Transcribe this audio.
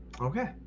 okay